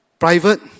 Private